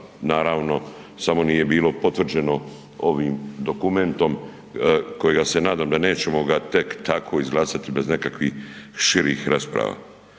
naravno samo nije bilo potvrđeno ovim dokumentom kojega se nadam da nećemo ga tek tako izglasati bez nekakvih širih rasprava.